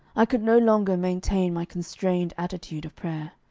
i could no longer maintain my constrained attitude of prayer.